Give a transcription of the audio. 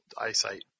eyesight